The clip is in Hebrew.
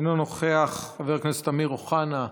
אינו נוכח, חבר הכנסת אמיר אוחנה,